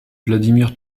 vladimir